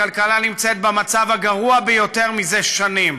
הכלכלה נמצאת במצב הגרוע ביותר מזה שנים,